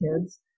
kids